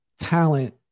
talent